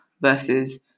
versus